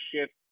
shift